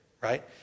right